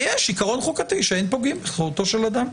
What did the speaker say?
כי יש עקרון חוקתי שאין פוגעים בחירותו של אדם.